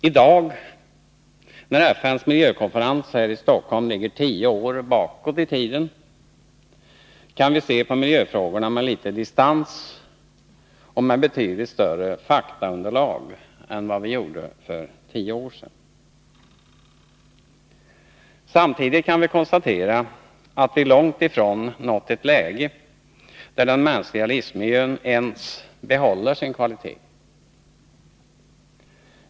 I dag, när FN:s miljökonferens här i Stockholm ligger tio år bakåt i tiden, kan vi se på miljöfrågorna med litet distans och med betydligt större faktaunderlag än vi hade för tio år sedan. Samtidigt kan vi konstatera att vi långt ifrån har nått ett läge där den mänskliga livsmiljön ens behåller sin kvalitet.